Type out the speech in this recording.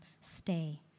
Stay